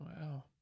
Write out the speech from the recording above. Wow